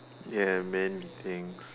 ya man things